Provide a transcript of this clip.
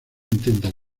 intenta